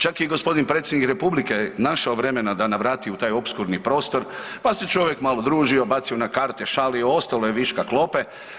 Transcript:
Čak je i gospodin predsjednik Republike našao vremena da navrati u taj opskurni prostor pa se čovjek malo družio, bacio na karte, šalio, ostalo je viška klope.